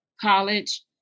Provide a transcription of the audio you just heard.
college